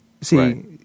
See